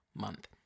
month